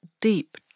deep